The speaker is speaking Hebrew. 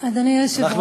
אדוני היושב-ראש,